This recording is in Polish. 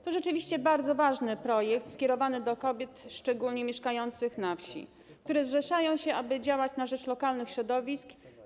To rzeczywiście bardzo ważny projekt skierowany szczególnie do kobiet mieszkających na wsi, które zrzeszają się, aby działać na rzecz lokalnych środowisk.